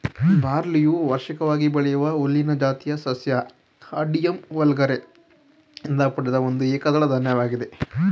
ಬಾರ್ಲಿಯು ವಾರ್ಷಿಕವಾಗಿ ಬೆಳೆಯುವ ಹುಲ್ಲಿನ ಜಾತಿಯ ಸಸ್ಯ ಹಾರ್ಡಿಯಮ್ ವಲ್ಗರೆ ಯಿಂದ ಪಡೆದ ಒಂದು ಏಕದಳ ಧಾನ್ಯವಾಗಿದೆ